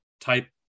type